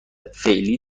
فعلی